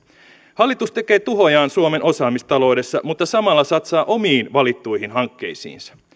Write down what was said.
hallitus tekee tuhojaan suomen osaamistaloudessa mutta samalla satsaa omiin valittuihin hankkeisiinsa